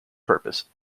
purpose